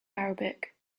arabic